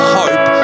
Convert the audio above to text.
hope